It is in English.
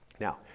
Now